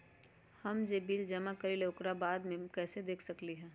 हम जे बिल जमा करईले ओकरा बाद में कैसे देख सकलि ह?